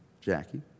Jackie